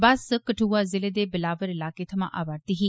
बस कठुआ ज़िले दे बिलावर इलाके थमां आवा'रदी ही